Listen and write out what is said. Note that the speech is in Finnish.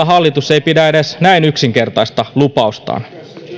hallitus ei pidä edes näin yksinkertaista lupaustaan